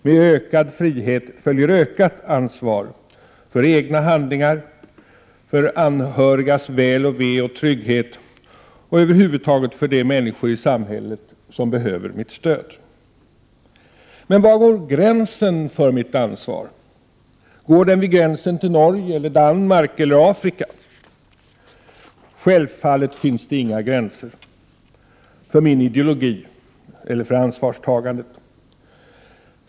Med ökad frihet följer ökat ansvar för egna handlingar, för anhörigas väl och ve och trygghet över huvud taget samt för de människor i samhället som behöver mitt stöd. Men var går gränsen för mitt ansvar? Går den vid gränsen till Norge eller Danmark eller vid gränsen till Afrika? Självfallet finns det inga gränser för min ideologi eller för mitt ansvarstagande.